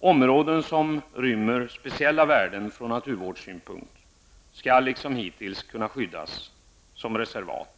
Områden som rymmer speciella värden från naturvårdssynpunkt skall liksom hittills skyddas som reservat.